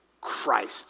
Christ